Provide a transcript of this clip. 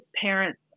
parents